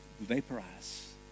vaporize